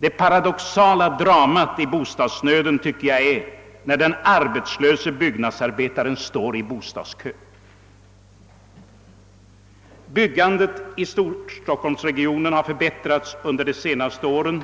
Rent paradoxalt tycker jag bostadsnödens drama blir när den arbetslöse byggnadsarbetaren står i bostadskö. Byggandet i storstockholmsregionen har förbättrats under det senaste året,